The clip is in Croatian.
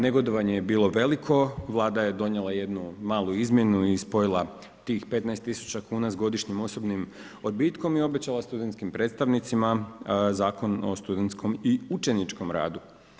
Negodovanje je bilo veliko, Vlada je donijela jednu malu izmjenu i spojila tih 15 tisuća kuna s godišnjim osobni odbitkom i obećala studentskim predstavnicima Zakon o studentskom i učeničkom radu.